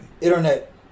internet